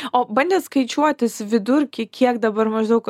o bandėt skaičiuotis vidurkį kiek dabar maždaug